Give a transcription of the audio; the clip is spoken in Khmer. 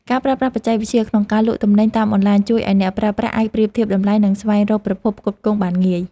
ការប្រើប្រាស់បច្ចេកវិទ្យាក្នុងការលក់ទំនិញតាមអនឡាញ ជួយឱ្យអ្នកប្រើប្រាស់អាចប្រៀបធៀបតម្លៃ និងស្វែងរកប្រភពផ្គត់ផ្គង់បានងាយ។